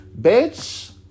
bitch